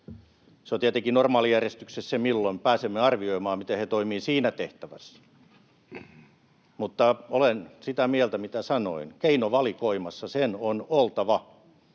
Se on tietenkin normaalijärjestyksessä se, milloin pääsemme arvioimaan, miten he toimivat siinä tehtävässä. Mutta olen sitä mieltä, mitä sanoin: keinovalikoimassa sen on oltava.